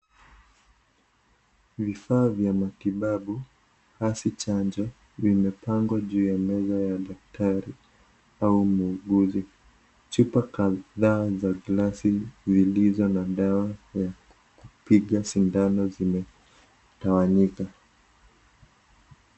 Vifaa vya matibabu, hasi chanjo vimepangwa juu ya meza ya daktari au muuguzi, chupa kadhaa za glasi zilizo na dawa ya kupiga sindano zimetawanyika.